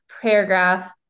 paragraph